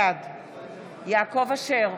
בעד יעקב אשר,